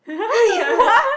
ya